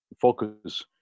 focus